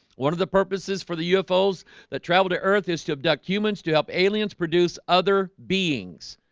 one of the purposes for the ufos that traveled to earth is to abduct humans to help aliens produce other beings